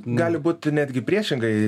gali būti netgi priešingai